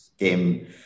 game